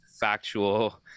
factual